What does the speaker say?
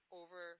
over